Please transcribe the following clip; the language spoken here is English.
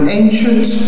ancient